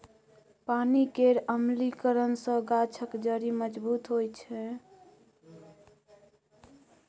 पानि केर अम्लीकरन सँ गाछक जड़ि मजबूत होइ छै